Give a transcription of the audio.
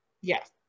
Yes